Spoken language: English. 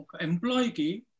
employee